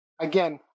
again